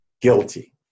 guilty